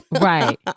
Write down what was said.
right